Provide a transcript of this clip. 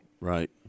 right